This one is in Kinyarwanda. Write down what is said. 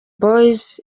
boyz